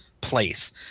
place